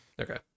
Okay